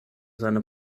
seine